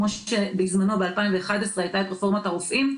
כמו בזמנו ב-2011 הייתה את רפורמת הרופאים,